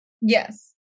Yes